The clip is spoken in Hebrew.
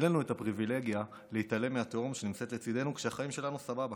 ואין לנו את הפריבילגיה להתעלם מהתהום שנמצאת לצידנו כשהחיים שלנו סבבה.